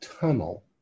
tunnel